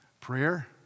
Prayer